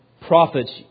prophets